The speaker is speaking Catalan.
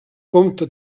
compta